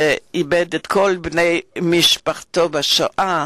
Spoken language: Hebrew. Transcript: שאיבד את כל בני משפחתו בשואה,